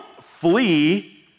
flee